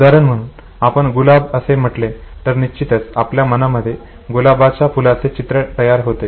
उदाहरण म्हणून आपण 'गुलाब' असे म्हटले तर निश्चितच आपल्या मनामध्ये गुलाबाच्या फुलाचे चित्र तयार होते